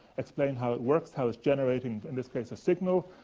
explain how it works, how it's generating in this case a signal,